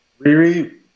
Riri